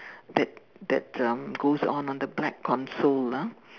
that that um goes on the black console ah